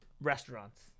restaurants